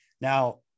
Now